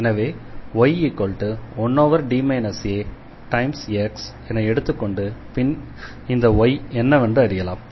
எனவே y1D aX என எடுத்துக்கொண்டு பின் இந்த y என்னவென்று அறியலாம்